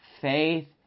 faith